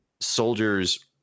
soldiers